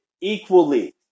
equally